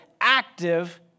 active